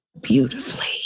beautifully